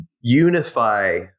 Unify